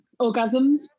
orgasms